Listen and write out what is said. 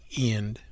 end